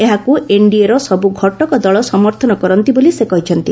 ଏହାକୁ ଏନ୍ଡିଏର ସବୁ ଘଟକ ଦଳ ସମର୍ଥନ କରନ୍ତି ବୋଲି ସେ କହିଛନ୍ତି